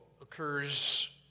occurs